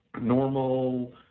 normal